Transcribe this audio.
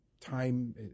time